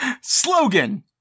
Slogan